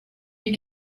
you